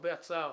למרבה הצער,